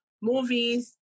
movies